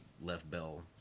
left-bell